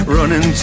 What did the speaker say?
Running